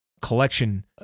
collection